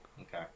okay